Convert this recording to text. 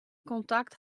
kontakt